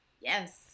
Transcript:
Yes